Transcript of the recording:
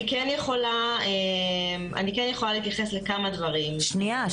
אני כן יכולה להתייחס לכמה דברים- -- שנייה,